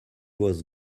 was